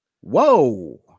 whoa